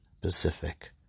Pacific